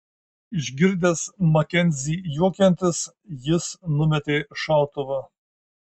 išgirdęs makenzį juokiantis jis numetė šautuvą